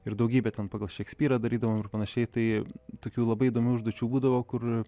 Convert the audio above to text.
ir daugybė ten pagal šekspyrą darydavom ir panašiai tai tokių labai įdomių užduočių būdavo kur